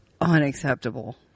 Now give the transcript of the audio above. unacceptable